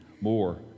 more